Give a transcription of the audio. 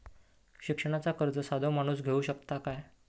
शिक्षणाचा कर्ज साधो माणूस घेऊ शकता काय?